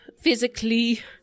physically